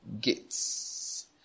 gates